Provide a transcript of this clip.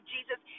Jesus